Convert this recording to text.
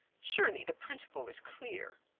surely the principle is clear.